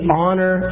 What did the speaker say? honor